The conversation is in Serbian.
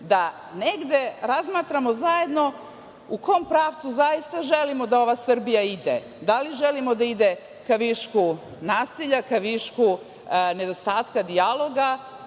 da negde razmatramo zajedno u kom pravcu zaista želimo da ova Srbija ide, da li želimo da ide ka višku nasilja, ka višku nedostatka dijaloga,